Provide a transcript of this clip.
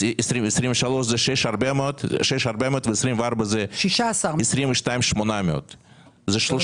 ל-2023 זה 6.4 מיליון ו-2024 זה 22.8. זה 30